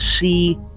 see